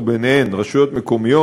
וביניהם רשויות מקומיות,